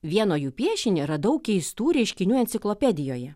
vieno jų piešinį radau keistų reiškinių enciklopedijoje